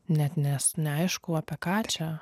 net nes neaišku apie ką čia